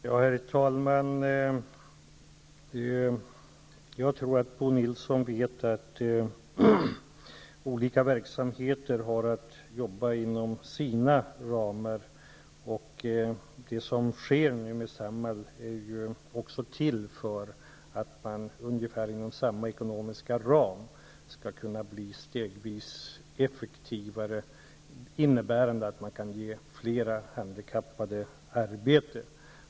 Herr talman! Jag tror att Bo Nilsson vet att olika verksamheter har att jobba inom sina ramar. Det som nu sker är att Samhall inom ungefär samma ekonomiska ram stegvis skall kunna bli effektivare, vilket innebär att man kan ge fler handikappade arbete.